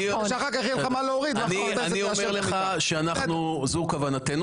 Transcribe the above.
כדי שאחר כך יהיה לך מה להוריד --- אני אומר לך שזו כוונתנו.